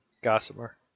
Gossamer